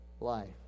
life